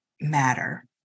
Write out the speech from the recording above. Matter